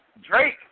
Drake